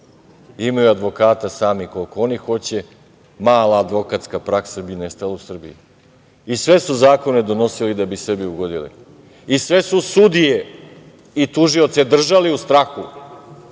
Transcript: imaju advokata sami koliko oni hoće, mala advokatska praksa bi nestala u Srbiji. I sve su zakone donosili da bi sebi ugodili. I sve su sudije i tužioce držali u strahu